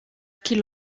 qu’il